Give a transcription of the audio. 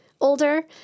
older